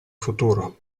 futuro